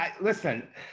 Listen